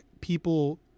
people